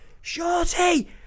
Shorty